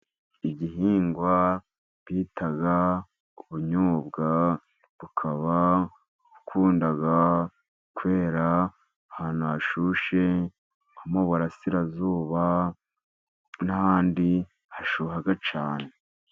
Igihingwa bita ubunyobwa, bukaba bukunda kwera ahantu hashyushye, nko mu burasirazuba n'ahandi hashyuha cyane.